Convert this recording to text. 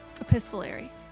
epistolary